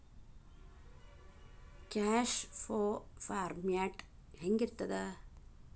Cash ಫೋ format ಹೆಂಗಿರ್ತದ?